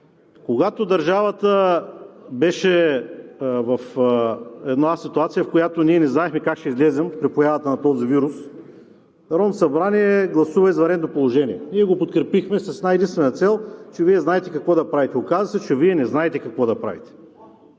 Когато държавата беше в една ситуация, в която ние не знаехме как ще излезем при появата на този вирус, Народното събрание гласува извънредно положение. Ние го подкрепихме с една-единствена цел – че Вие знаете какво да правите. Оказа се, че Вие не знаете какво да правите.